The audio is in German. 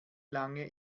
lange